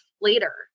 later